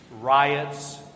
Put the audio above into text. riots